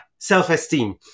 Self-esteem